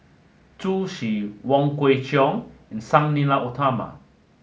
Zhu Xu Wong Kwei Cheong and Sang Nila Utama